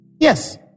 Yes